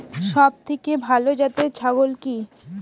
সবথেকে ভালো জাতের ছাগল কি?